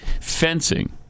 fencing